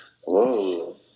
Whoa